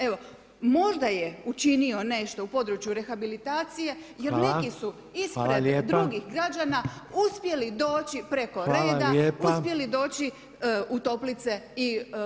Evo, možda je učinio nešto u području rehabilitacije jer neki su ispred drugih građana, uspjeli doći preko reda, uspjeli doći u toplice i